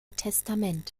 testament